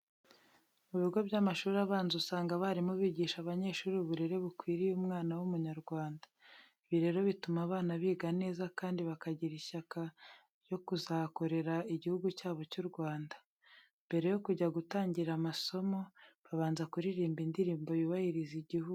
Mu bigo by'amashuri abanza usanga abarimu bigisha abanyeshuri uburere bukwiriye umwana w'Umunyarwanda. Ibi rero bituma abana biga neza kandi bakagira ishyaka ryo kuzakorera Igihugu cyabo cy'u Rwanda. Mbere yo kujya gutangira amasomo, babanza kuririmba indirimbo yubahiriza Igihugu.